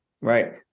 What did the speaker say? Right